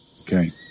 Okay